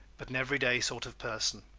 but an everyday sort of person.